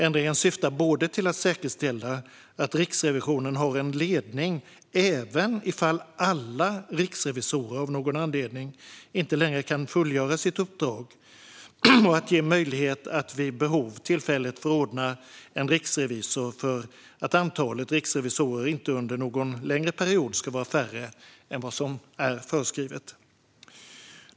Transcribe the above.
Ändringen syftar både till att säkerställa att Riksrevisionen har en ledning i det fall alla riksrevisorer av någon anledning inte längre kan fullgöra sitt uppdrag och att ge möjlighet att vid behov tillfälligt förordna en riksrevisor för att antalet riksrevisorer inte under någon längre period ska vara färre än vad som är föreskrivet.